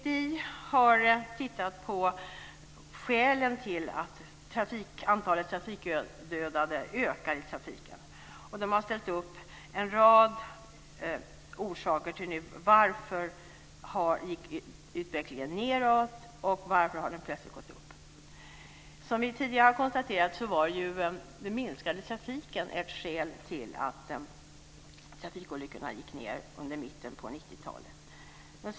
VTI har tittat på skälen till att antalet dödade i trafiken ökar. De har ställt upp en rad orsaker till att utvecklingen gick ned och till att den plötsligt har gått upp. Som tidigare har konstaterats var det den minskade trafiken ett skäl till att antalet trafikolyckor gick ned i mitten på 90-talet.